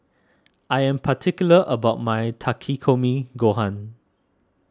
I am particular about my Takikomi Gohan